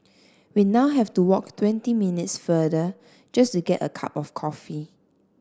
we now have to walk twenty minutes further just to get a cup of coffee